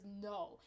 no